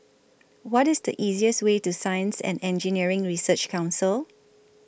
What IS The easiest Way to Science and Engineering Research Council